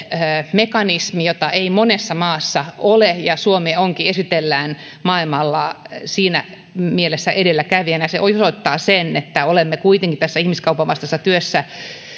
mekanismi jota ei monessa maassa ole ja suomi esitellään maailmalla siinä mielessä edelläkävijänä se osoittaa sen että olemme kuitenkin tässä ihmiskaupan vastaisessa työssä